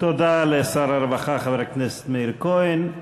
תודה לשר הרווחה חבר הכנסת מאיר כהן.